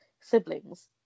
siblings